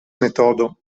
metodo